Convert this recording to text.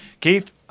Keith